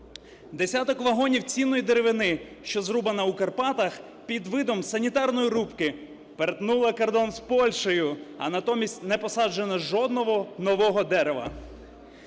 десяток вагонів цінної деревини, що зрубана у Карпатах під видом санітарної рубки, перетнула кордон з Польщею, а натомість не посаджено жодного нового дерева.